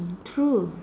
true